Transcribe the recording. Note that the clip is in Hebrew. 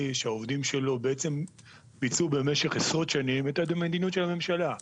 שהעובדים שלו בעצם ביצעו במשך עשרות שנים את המדיניות של הממשלה.